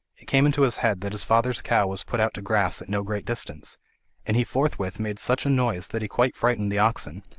it came into his head that his father's cow was put out to grass at no great distance and he forthwith made such a noise that he quite frightened the oxen,